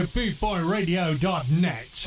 BootboyRadio.net